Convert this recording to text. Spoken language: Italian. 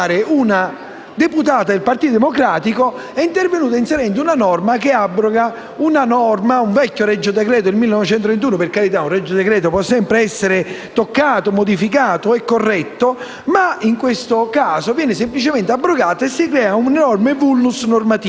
deputata del Partito Democratico è intervenuta inserendo una norma che abroga un vecchio regio decreto del 1931. Per carità, un regio decreto può sempre essere toccato, modificato e corretto, ma in questo caso viene semplicemente abrogato e si crea così un enorme *vulnus* normativo,